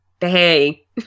hey